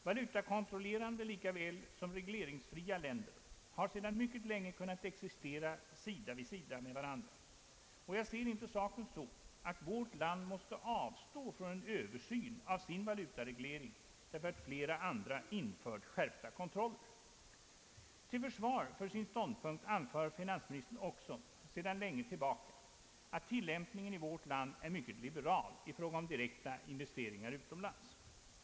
Valutakontrollerande lika väl som regleringsfria länder har sedan mycket länge kunnat existera sida vid sida med varandra, och jag ser inte saken så att vårt land måste avstå från en översyn av sin valutareglering därför att flera andra infört skärpta kontroller. Till försvar för sin ståndpunkt anför finansministern också sedan länge att tillämpningen i vårt land är mycket liberal i fråga om direkta investeringar utomlands.